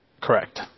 Correct